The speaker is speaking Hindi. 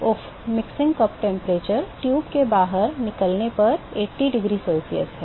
उफ़ मिक्सिंग कप तापमान ट्यूब के बाहर निकलने पर 80 डिग्री सेल्सियस है